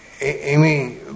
Amy